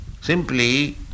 Simply